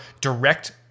direct